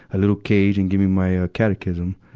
a little cage, and give me my, ah catechism.